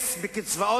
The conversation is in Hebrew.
מובילה.